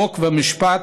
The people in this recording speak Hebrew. חוק ומשפט